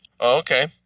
okay